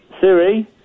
Siri